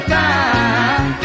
time